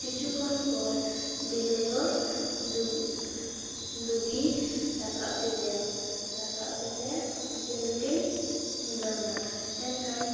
ᱠᱤᱪᱷᱩ ᱠᱷᱚᱱ ᱯᱚᱨ ᱫᱤᱱᱩ ᱫᱚ ᱫᱩ ᱫᱩᱜᱤᱭ ᱨᱟᱠᱟᱵ ᱠᱮᱫᱮᱭᱟ ᱨᱟᱠᱟᱵ ᱠᱟᱛᱮᱜ ᱩᱱᱠᱤᱱ ᱫᱚᱠᱤᱱ ᱢᱤᱞᱟᱹᱣ ᱮᱱᱟ ᱢᱮᱱᱠᱷᱟᱱ